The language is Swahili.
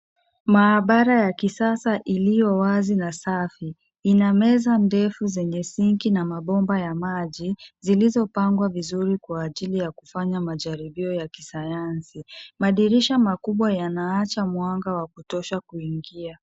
Maabara ya kisasa iliyo wazi na safi ina meza ndefu zenye sinki na mabomba ya maji zilizopangwa vizuri kwa ajili ya kufanya majaribio ya kisayansi. Madirisha makubwa yanaacha mwanga wa kutosha kuingia.